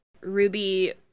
Ruby